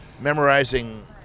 memorizing